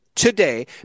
Today